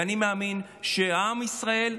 ואני מאמין שעם ישראל,